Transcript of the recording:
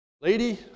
Lady